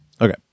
okay